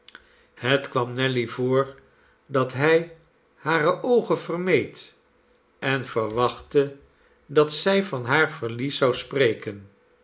het kwam nelly voor dat hij hare oogen vermeed en verwachtte dat zij van haar verlies zou spreken